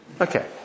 Okay